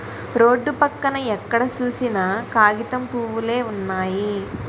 road పక్కన ఎక్కడ సూసినా కాగితం పూవులే వున్నయి